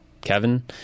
Kevin